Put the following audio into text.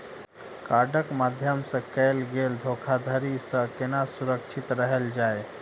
कार्डक माध्यम सँ कैल गेल धोखाधड़ी सँ केना सुरक्षित रहल जाए?